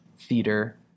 theater